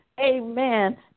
Amen